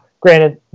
granted